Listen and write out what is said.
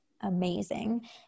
amazing